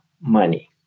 money